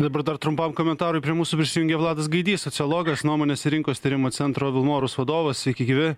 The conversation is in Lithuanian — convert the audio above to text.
dabar dar trumpam komentarui prie mūsų prisijungė vladas gaidys sociologas nuomonės ir rinkos tyrimo centro vilmorus vadovas sveiki gyvi